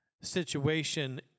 situation